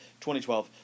2012